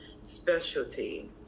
specialty